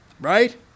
Right